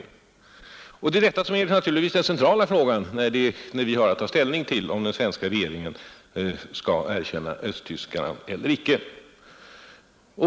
Den politiska bedömningen är naturligtvis den centrala frågan, när vi har att ta ställning till om den svenska regeringen skall erkänna Östtyskland eller inte.